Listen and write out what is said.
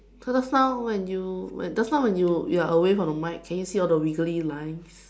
cause just now when you when you just now when you you are away from the mic can you see all the wiggly lines